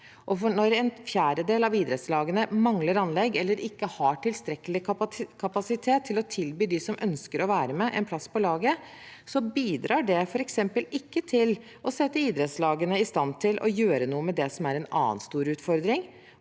Når en fjerdedel av idrettslagene mangler anlegg eller ikke har tilstrekkelig kapasitet til å tilby dem som ønsker å være med, en plass på laget, bidrar det f.eks. ikke til å sette idrettslagene i stand til å gjøre noe med det som er en annen stor utfordring,